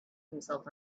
himself